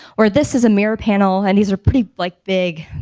where this is a mural panel. and these are pretty like big